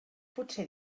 potser